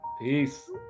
Peace